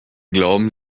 glauben